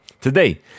Today